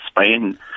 Spain